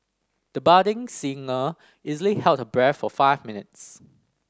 the budding singer easily held her breath for five minutes